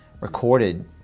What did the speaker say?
recorded